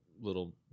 little